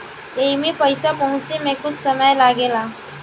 एईमे पईसा पहुचे मे कुछ समय लागेला